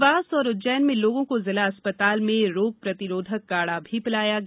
देवास और उज्जैन में लोगों को जिला अस्पताल में रोग प्रतिरोधक काड़ा भी पिलाया गया